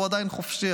והוא עדיין חופשי,